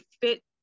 fit